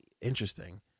interesting